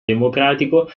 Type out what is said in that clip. democratico